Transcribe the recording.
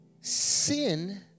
Sin